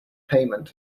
payment